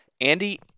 Andy